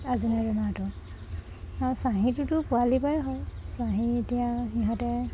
আচিনা বেমাৰটো আৰু চাহীটোতো পোৱালিৰপৰাই হয় চাহী এতিয়া সিহঁতে